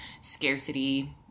scarcity